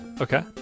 Okay